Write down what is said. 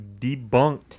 debunked